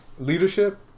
Leadership